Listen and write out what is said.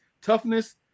toughness